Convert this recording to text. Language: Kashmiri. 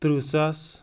تٕرٛہ ساس